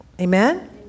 amen